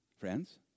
Friends